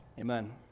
Amen